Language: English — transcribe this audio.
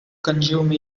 consume